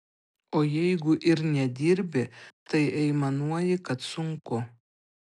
o jeigu ir nedirbi tai aimanuoji kad sunku